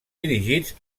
dirigits